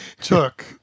took